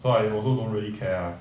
so I also don't really care ah